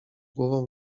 głową